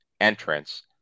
entrance